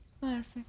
Classic